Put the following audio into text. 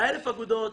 1,000 אגודות,